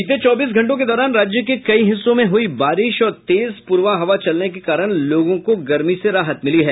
बीते चौबीस घंटों के दौरान राज्य के कई हिस्सों में हुयी बारिश और तेज पुरवा हवा चलने के कारण लोगों को गर्मी से राहत मिली है